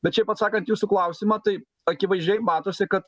bet šiaip atsakant į jūsų klausimą tai akivaizdžiai matosi kad